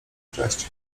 cześć